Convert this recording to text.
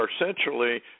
essentially